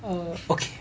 oh okay